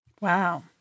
Wow